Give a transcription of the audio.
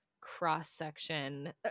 cross-section